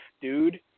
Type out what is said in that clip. dude